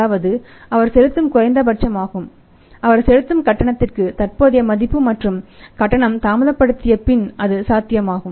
அதாவது இது அவர் செலுத்தும் குறைந்தபட்சமாகும் அவர் செலுத்தும் கட்டணத்தின் தற்போதைய மதிப்பு மற்றும் கட்டணம் தாமதப்படுத்திய பின் அது சாத்தியமாகும்